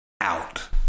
Out